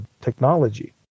technology